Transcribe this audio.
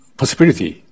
possibility